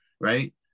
right